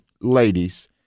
ladies